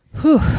Whew